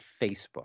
Facebook